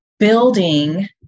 building